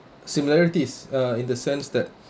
similarities uh in the sense that